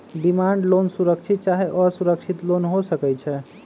demand loan सुरक्षित चाहे असुरक्षित लोन हो सकइ छै